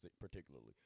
particularly